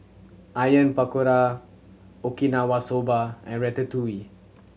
Onion Pakora Okinawa Soba and Ratatouille